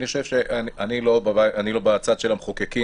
אני לא בצד של המחוקקים,